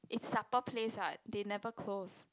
it's supper place ah they never close